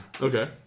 Okay